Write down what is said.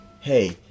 hey